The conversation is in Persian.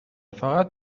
فقط